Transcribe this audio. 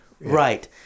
Right